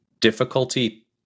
Difficulty